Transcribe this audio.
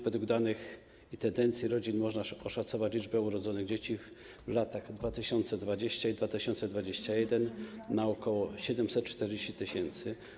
Według danych i tendencji w rodzinach można oszacować liczbę dzieci urodzonych w latach 2020 i 2021 na ok. 740 tys.